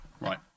right